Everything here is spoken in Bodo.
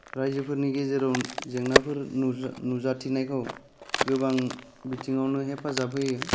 राइजोफोरनि गेजेराव जेंनाफोर नुजा नुजाथिनायखौ गोबां बिथिंआवनो हेफाजाब होयो